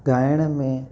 ॻाइण में